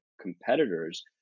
competitors